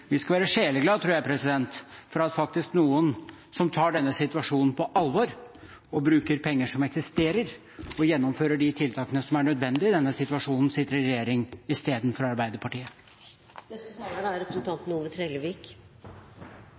vi skal være sjeleglade for at det faktisk er noen som tar denne situasjonen på alvor, bruker penger som eksisterer, og gjennomfører de tiltakene som er nødvendige i denne situasjonen, og at de sitter i regjering